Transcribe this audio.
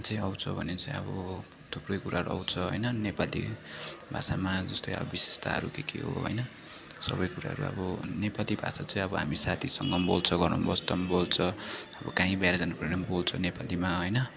मा चाहिँ आउँछ भने चाहिँ अब थुप्रै कुराहरू आउँछ होइन नेपाली भाषामा जस्तै अब विशेषताहरू के के हो होइन सबै कुराहरू अब नेपाली भाषा चाहिँ अब हामी साथीसँग बोल्छौँ घरमा बस्दा पनि बोल्छ अब काहीँ बाहिर जनुपर्यो भने पनि बोल्छौँ नेपालीमा होइन